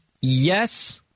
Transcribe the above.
Yes